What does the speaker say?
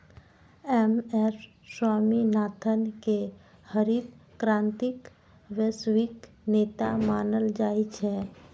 M S Swaminathan कें हरित क्रांतिक वैश्विक नेता मानल जाइ छै